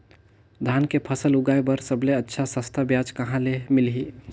धान के फसल उगाई बार सबले अच्छा सस्ता ब्याज कहा ले मिलही?